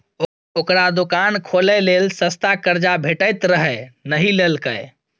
ओकरा दोकान खोलय लेल सस्ता कर्जा भेटैत रहय नहि लेलकै